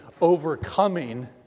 overcoming